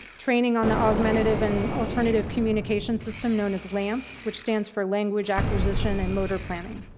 training on the augmentative and alternative communication system known as lamp, which stands for language acquisition and motor planning.